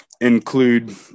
include